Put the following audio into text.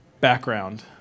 background